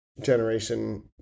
generation